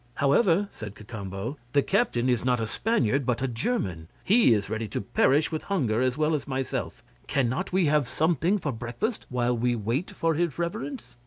however, said cacambo, the captain is not a spaniard, but a german, he is ready to perish with hunger as well as myself cannot we have something for breakfast, while we wait for his reverence?